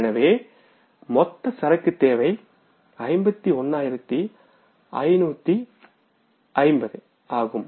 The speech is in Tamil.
எனவே மொத்த சரக்கு தேவை 51550 ஆகும்